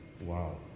wow